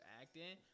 acting